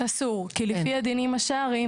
אסור, כי לפי הדינים השרעים